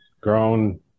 grown